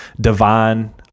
divine